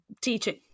teaching